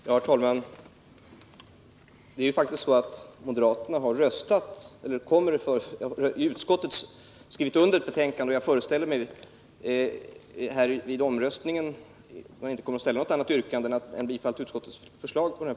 Herr talman! Det är ju faktiskt så, att moderaterna i utskottet har skrivit under utskottets förslag. Jag föreställer mig därför att moderaterna här i kammaren inte tänker ställa något annat yrkande på den här punkten än bifall till utskottförslaget.